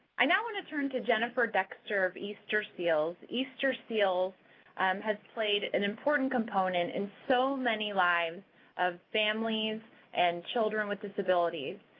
i now want to turn to jennifer dexter of easter seals. easter seals has played an important component in so many lives of families and children with disabilities.